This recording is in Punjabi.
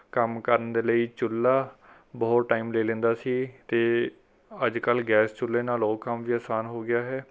ਕੰਮ ਕਰਨ ਦੇ ਲਈ ਚੁੱਲ੍ਹਾ ਬਹੁਤ ਟਾਈਮ ਲੈ ਲੈਂਦਾ ਸੀ ਅਤੇ ਅੱਜ ਕੱਲ੍ਹ ਗੈਸ ਚੁੱਲ੍ਹੇ ਨਾਲ ਉਹ ਕੰਮ ਵੀ ਅਸਾਨ ਹੋ ਗਿਆ ਹੈ